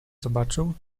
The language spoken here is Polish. zobaczył